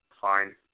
fine